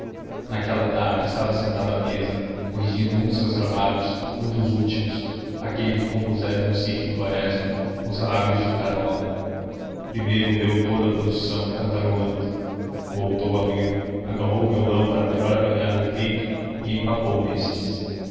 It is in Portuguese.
naquela tarde estava sentado à mesa corrigindo um dos seus trabalhos um dos últimos aquele que compusera no sítio de quaresma os lábios de carola primeiro leu toda a produção cantarolando voltou a lê-la agarrou o violão para melhor apanhar o efeito e empacou nestes